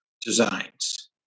designs